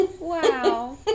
Wow